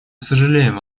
сожалеем